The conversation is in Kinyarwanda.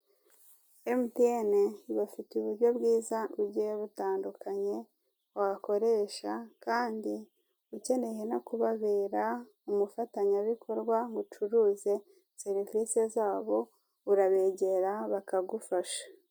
Emutiyeni ibafitiye uburyo bwiza bugiye butandukanye wakoresha kandi ukeneye no kubabera umufatanyabikorwa ngo ucuruze serivise zabo urabegara bakagufasha.